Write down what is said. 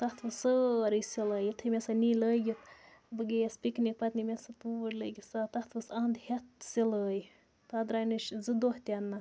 تَتھ ؤژھ سٲرٕے سِلٲے یُِتھُے مےٚ سَہ نی لٲگِتھ بہٕ گٔیَس پِکنِک پَتہٕ نی مےٚ سہٕ توٗڈ لٲگِتھ سَہ ؤسۍ انٛڈ ہٮ۪تھ سِلٲے تَتھ درٛاے نہٕ زٕ دۄہ تہِ